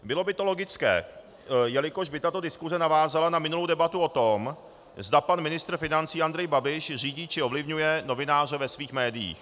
Bylo by to logické, jelikož by tato diskuse navázala na minulou debatu o tom, zda pan ministr financí Andrej Babiš řídí či ovlivňuje novináře ve svých médiích.